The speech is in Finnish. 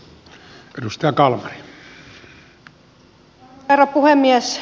arvoisa herra puhemies